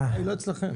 הבעיה היא לא אצלכם.